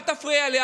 אל תפריע לי.